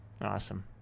Awesome